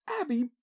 Abby